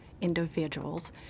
individuals